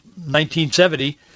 1970